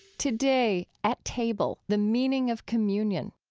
today, at table the meaning of communion.